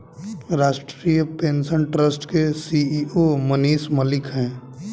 राष्ट्रीय pension trust के CEO Manish Malik है